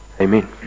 Amen